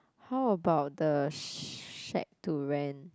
how about the shack to rent